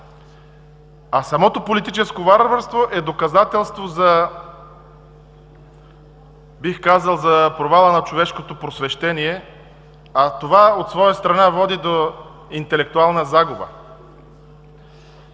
Самото политическо варварство е доказателство, бих казал, за провала на човешкото просвещение, а това от своя страна води до интелектуална загуба.